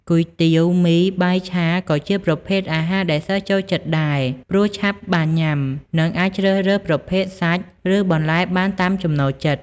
គុយទាវ មី បាយឆា ក៏ជាប្រភេទអាហារដែលសិស្សចូលចិត្តដែរ ព្រោះឆាប់បានញ៉ាំ និងអាចជ្រើសរើសប្រភេទសាច់ ឬបន្លែបានតាមចំណូលចិត្ត។